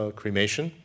cremation